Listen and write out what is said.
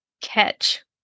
catch